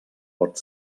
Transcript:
pot